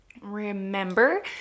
Remember